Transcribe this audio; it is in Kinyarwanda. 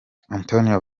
antonio